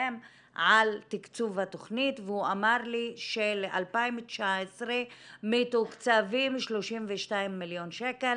על תקצוב התכנית והוא אמר לי של-2019 מתוקצבים 32 מיליון שקל.